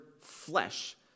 flesh